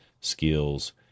skills